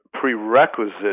prerequisite